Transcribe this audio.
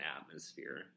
atmosphere